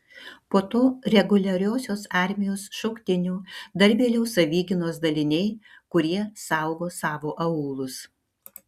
po to reguliariosios armijos šauktinių dar vėliau savigynos daliniai kurie saugo savo aūlus